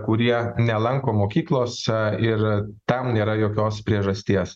kurie nelanko mokyklos ir tam nėra jokios priežasties